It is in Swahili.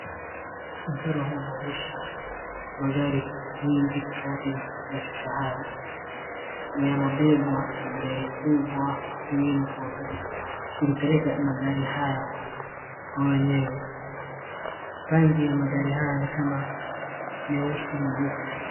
Mchoro huu unaonyesha magari mengi tofauti za kifahari, yanabebwa na gari kubwa pengine kupeleka magari haya kwa wenyewe. Rangi ya magari haya ni kama nyeusi, nyeupe.